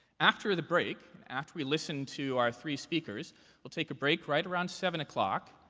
after the break after we listen to our three speakers we'll take a break right around seven o'clock,